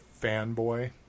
fanboy